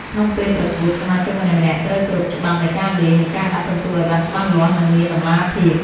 ក្នុងពេលប្រកួត សមាជិកម្នាក់ៗត្រូវគោរពច្បាប់នៃការលេង និងការដាក់ពិន្ទុឱ្យបានច្បាស់លាស់ និងមានតម្លាភាព។